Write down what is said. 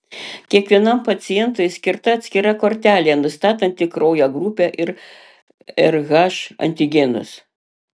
kiekvienam pacientui skirta atskira kortelė nustatanti kraujo grupę ir rh antigenus